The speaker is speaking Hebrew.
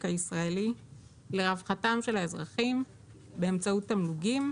הישראלי ולרווחתם של האזרחים באמצעות תמלוגים,